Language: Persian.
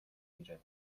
میره